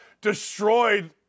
destroyed